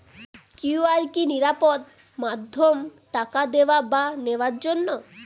QR কি নিরাপদ মাধ্যম টাকা দেওয়া বা নেওয়ার জন্য?